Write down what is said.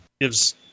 Gives